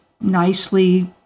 nicely